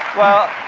well,